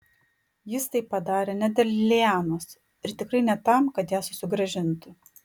jis tai padarė ne dėl lianos ir tikrai ne tam kad ją susigrąžintų